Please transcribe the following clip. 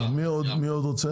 תודה, מי עוד רוצה?